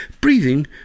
Breathing